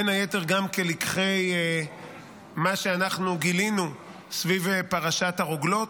בין היתר גם כלקחי מה שגילינו סביב פרשת הרוגלות,